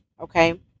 okay